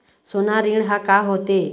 सोना ऋण हा का होते?